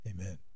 Amen